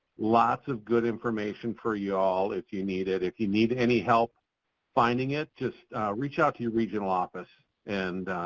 lots of good information for y'all if you need it. if you need any help finding it, just, ah, reach out to your regional office and,